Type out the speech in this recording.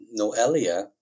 Noelia